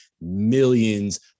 millions